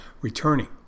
returning